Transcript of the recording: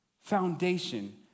foundation